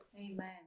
Amen